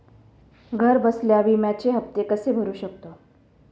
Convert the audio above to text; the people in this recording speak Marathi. घरबसल्या विम्याचे हफ्ते कसे भरू शकतो?